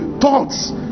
Thoughts